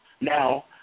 Now